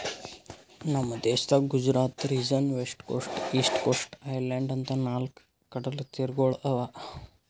ನಮ್ ದೇಶದಾಗ್ Gujarat region, west coast, east coast, island ಅಂತಾ ನಾಲ್ಕ್ ಕಡಲತೀರಗೊಳ್ ಅವಾ